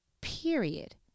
Period